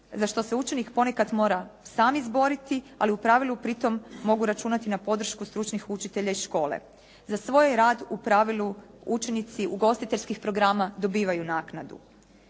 za što se učenik ponekad mora sam izboriti, ali u pravilu pritom mogu računati na podršku stručnih učitelja iz škole. Za svoj rad u pravilu učenici ugostiteljskih programa dobivaju naknadu.